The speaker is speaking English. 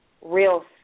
real